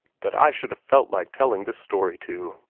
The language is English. that i should felt like telling this story to.